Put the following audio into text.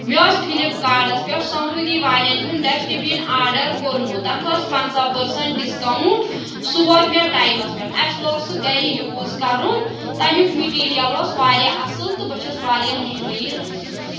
مےٚ اوس فِلِپکاڈَس پؠٹھ سوٚمروٗدی والؠن ہُنٛد ڈٮ۪سٹِبِن آڈَر کۆرمُت تَتھ ٲس پنٛژاہ پٔرسنٛٹ ڈِسکاوُنٛٹ سُہ ووت مےٚ ٹایمَس پؠٹھ اَسہِ لوگ سُہ گَرِ یوٗز کَرُن تَمیُک مِٹیٖریَل اوس واریاہ اَصٕل تہٕ بہٕ چھَس واریاہ مطمعین